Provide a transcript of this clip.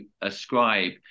ascribe